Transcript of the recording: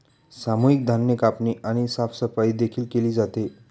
सामूहिक धान्य कापणी आणि साफसफाई देखील केली जाते